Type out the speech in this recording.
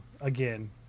again